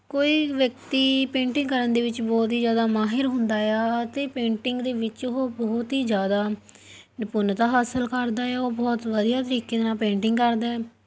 ਕੋਈ ਵਿਅਕਤੀ ਪੇਂਟਿੰਗ ਕਰਨ ਦੇ ਵਿੱਚ ਬਹੁਤ ਹੀ ਜ਼ਿਆਦਾ ਮਾਹਿਰ ਹੁੰਦਾ ਆ ਅਤੇ ਪੇਂਟਿੰਗ ਦੇ ਵਿੱਚ ਉਹ ਬਹੁਤ ਹੀ ਜ਼ਿਆਦਾ ਨਿਪੁੰਨਤਾ ਹਾਸਲ ਕਰਦਾ ਆ ਉਹ ਬਹੁਤ ਵਧੀਆ ਤਰੀਕੇ ਦੇ ਨਾਲ ਪੇਂਟਿੰਗ ਕਰਦਾ ਹੈ